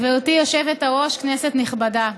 גברתי היושבת-ראש, כנסת נכבדה,